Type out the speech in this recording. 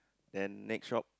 then next shop